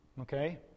Okay